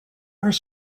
are